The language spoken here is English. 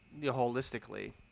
holistically